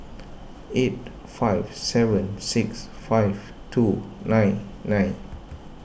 eight five seven six five two nine nine